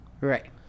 Right